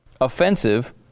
offensive